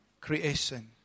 creation